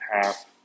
half